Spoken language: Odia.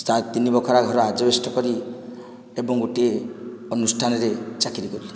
ଆଉ ତିନି ବଖରା ଘର ଆଜବେଷ୍ଟସ୍ କରି ଏବଂ ଗୋଟିଏ ଅନୁଷ୍ଠାନରେ ଚାକିରି କଲି